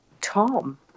Tom